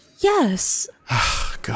Yes